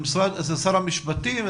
שר המשפטים?